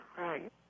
Right